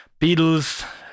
Beatles